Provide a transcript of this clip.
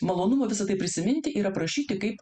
malonumo visa tai prisiminti ir aprašyti kaip